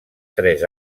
tres